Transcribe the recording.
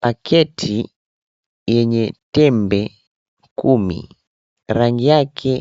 Paketi yenye tembe kumi. Rangi yake